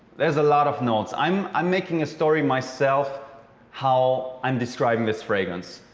there's a lot of notes. i'm i'm making a story myself how i'm describing this fragrance.